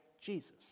Jesus